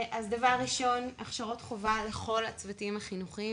דבר ראשון הכשרות חובה לכל הצוותים החינוכיים,